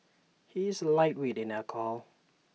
he is A lightweight in alcohol